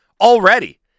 already